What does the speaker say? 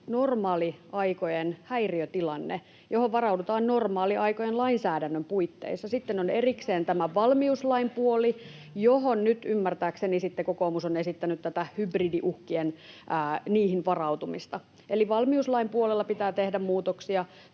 normaaliaikojen häiriötilanne, johon varaudutaan normaaliaikojen lainsäädännön puitteissa. Sitten on erikseen valmiuslain puoli, johon nyt ymmärtääkseni kokoomus on esittänyt hybridiuhkiin varautumista. Eli valmiuslain puolella pitää tehdä muutoksia,